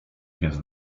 więc